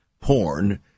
porn